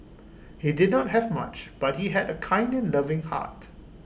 he did not have much but he had A kind and loving heart